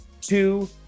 two